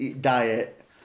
diet